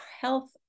Health